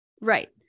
right